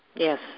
Yes